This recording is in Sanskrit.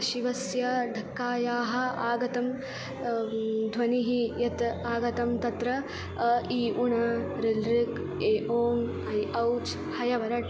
शिवस्य ढक्कायाः आगतः ध्वनिः यत् आगतः तत्र अ इ उण लृ लृक् ए ओङ् ऐ औच् हयवरट्